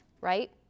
right